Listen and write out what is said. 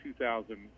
2,000